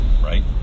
right